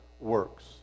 works